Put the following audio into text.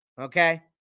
Okay